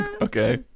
okay